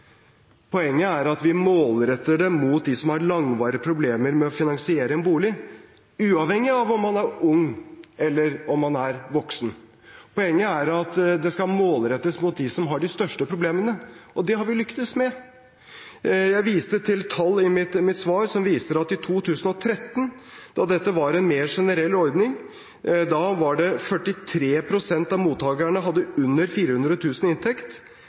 Poenget er at vi målretter det mot dem som har langvarige problemer med å finansiere en bolig, uavhengig av om man er ung eller voksen. Poenget er at det skal målrettes mot dem som har de største problemene, og det har vi lyktes med. Jeg viste til tall i mitt svar som viser at i 2013, da dette var en mer generell ordning, var det 43 pst. av mottakerne som hadde under 400 000 kr i inntekt.